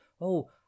Oh